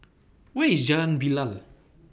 Where IS Jalan Bilal